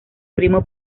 primo